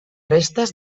restes